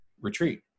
retreat